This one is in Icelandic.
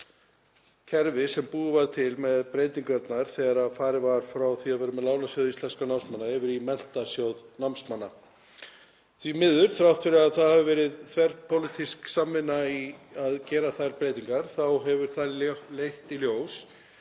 sem búið var til þegar farið var frá því að vera með Lánasjóð íslenskra námsmanna yfir í Menntasjóð námsmanna. Því miður, þrátt fyrir að það hafi verið þverpólitísk samvinna í að gera þær breytingar, þá hefur tíminn leitt í ljós